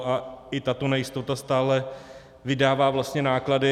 A i tato nejistota stále vydává vlastně náklady.